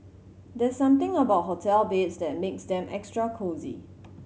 there's something about hotel beds that makes them extra cosy